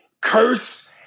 curse